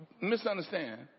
misunderstand